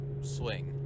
swing